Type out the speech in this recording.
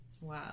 Wow